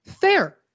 Fair